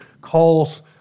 calls